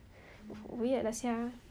weird lah [sial]